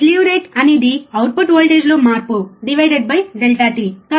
slew rate అనేది output వోల్టేజ్లో మార్పుడివైడెడ్ బై డెల్టా t